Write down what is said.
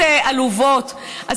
הבאמת-עלובות.